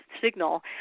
signal